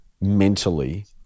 mentally